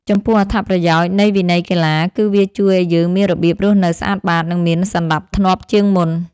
ចំពោះអត្ថប្រយោជន៍នៃវិន័យកីឡា គឺវាជួយឱ្យយើងមានរបៀបរស់នៅស្អាតបាត និងមានសណ្ដាប់ធ្នាប់ជាងមុន។